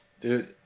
Dude